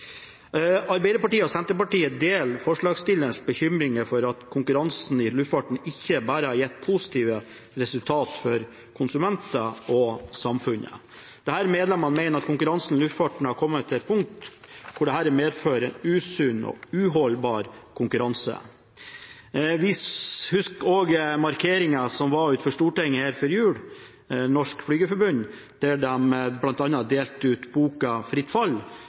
Arbeiderpartiet og Senterpartiet deler forslagsstillernes bekymringer for at konkurransen i luftfarten ikke bare har gitt positive resultater for konsumenter og samfunn. Disse medlemmene mener at konkurransen i luftfarten har kommet til et punkt der dette medfører en usunn og uholdbar konkurranse. Vi husker også markeringen som var utenfor Stortinget før jul, av Norsk Flygerforbund, der de bl.a. delte ut boka